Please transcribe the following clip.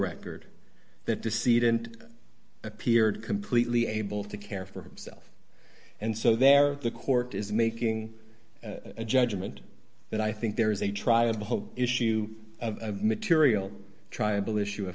record that deceit and appeared completely able to care for himself and so there the court is making a judgment that i think there is a trial of the whole issue of a material tribal issue